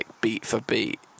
beat-for-beat